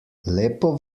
lepo